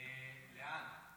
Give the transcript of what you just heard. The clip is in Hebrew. לאן?